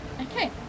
Okay